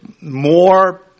more